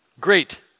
Great